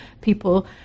people